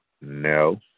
No